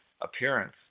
appearance